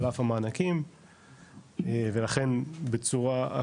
על אף המענקים ולכן בצורה,